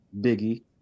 biggie